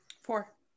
Four